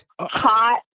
hot